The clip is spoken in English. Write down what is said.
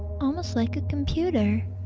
almost like a computer?